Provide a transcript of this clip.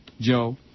Joe